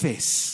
אפס,